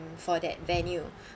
for that venue